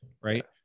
right